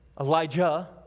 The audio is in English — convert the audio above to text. Elijah